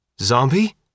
Zombie